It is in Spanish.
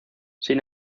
sin